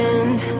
end